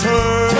Turn